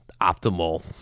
optimal